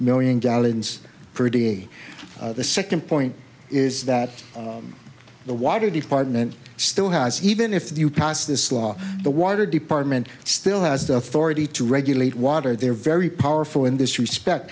million gallons per day the second point is that the water department still has even if you pass this law the water department still has the authority to regulate water they are very powerful in this respect